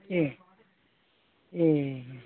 ए ए